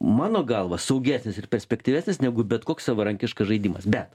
mano galva saugesnis ir perspektyvesnis negu bet koks savarankiškas žaidimas bet